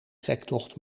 trektocht